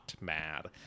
mad